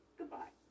Goodbye